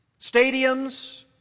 stadiums